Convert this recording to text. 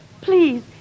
Please